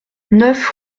neuf